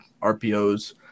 RPOs